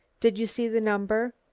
did you see the number?